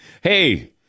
hey